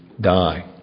die